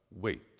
wait